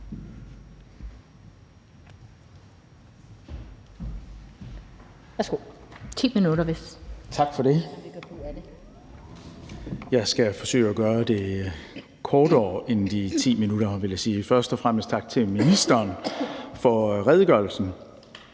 Jeg skal forsøge at gøre det kortere end de 10 minutter. Først og fremmest tak til ministeren for redegørelsen.